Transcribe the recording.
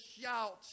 shout